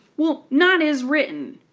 well not as written.